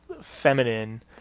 feminine